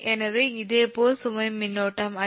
எனவே இதேபோல் சுமை மின்னோட்டம் 𝐼6 𝑖7𝑖8